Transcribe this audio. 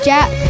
Jack